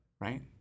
right